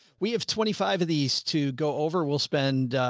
we have twenty five of these to go over. we'll spend